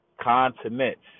continents